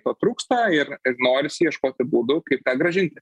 to trūksta ir norisi ieškoti būdų kaip tą grąžinti